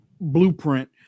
blueprint